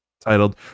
titled